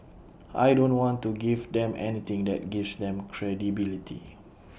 I don't want to give them anything that gives them credibility